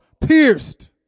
pierced